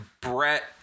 Brett